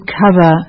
cover